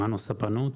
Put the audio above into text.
"מנו ספנות".